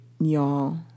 y'all